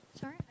Sorry